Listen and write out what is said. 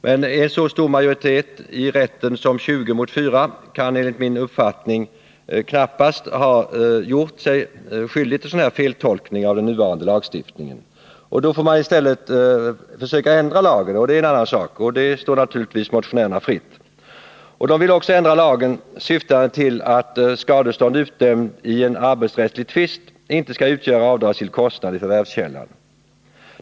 Men en så stor majoritet som 20 mot 4 kan enligt min uppfattning knappast ha gjort sig skyldig till en feltolkning av den nuvarande lagstiftningen. Men det står naturligtvis motionärerna fritt att försöka ändra lagen. Motionärerna vill också ändra lagen så att skadestånd, utdömt i en arbetsrättslig tvist, inte skall få utgöra avdragsgill kostnad i förvärvskällan.